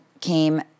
came